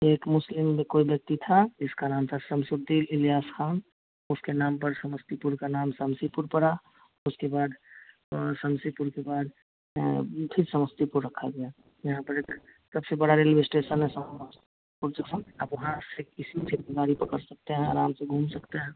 एक मुस्लिम कोई व्यक्ति था जिसका नाम था शमसुद्दीन इलीयास खाँ उसके नाम पर समस्तीपुर का नाम शम्सीपुर पड़ा उसके बाद शम्सीपुर के बाद फिर समस्तीपुर रखा गया यहाँ पर एक सब से बड़ा रेलवे इस्टेसन है उस जगह आप वहाँ से किसी भी गाड़ी पकड़ सकते हैं आराम से घूम सकते हैं